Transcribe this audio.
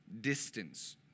distance